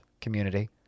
community